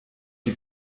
die